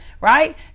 Right